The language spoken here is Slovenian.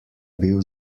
bil